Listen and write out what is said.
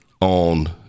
on